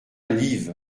liv